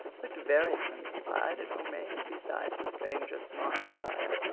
looked very countrified and home-made besides the stranger's smart attire.